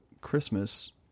christmas